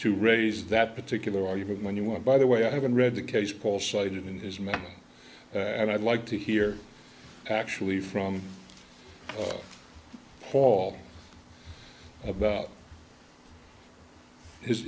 to raise that particular argument when you want by the way i haven't read the case paul cited in his memoir and i'd like to hear actually from paul about his